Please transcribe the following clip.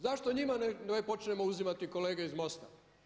Zašto njima ne počnemo uzimati kolege iz MOST-a?